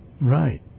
Right